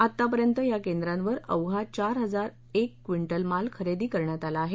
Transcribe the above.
आतापर्यंत या केंद्रांवर अवघा चार हजार एक क्विंटल माल खरेदी करण्यात आला आहे